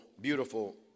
beautiful